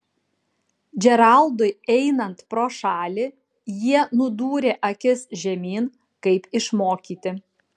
džeraldui einant pro šalį jie nudūrė akis žemyn kaip išmokyti